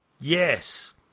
Yes